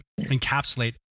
encapsulate